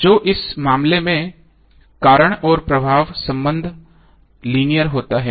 जो इस मामले में कारण और प्रभाव संबंध लीनियर होता है